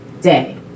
day